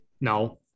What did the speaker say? No